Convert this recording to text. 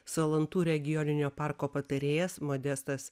salantų regioninio parko patarėjas modestas